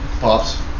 Pops